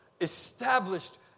established